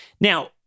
Now